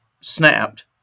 snapped